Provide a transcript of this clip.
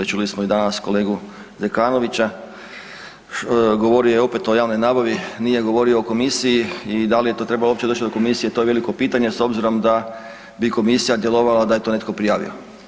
Čuli smo i danas kolegu Zekanovića govorio je opet o javnoj nabavi, nije govorio o komisiji i da li je trebalo uopće doći do komisije to je veliko pitanje s obzirom da bi komisija djelovala da je to netko prijavio.